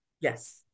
Yes